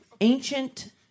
Ancient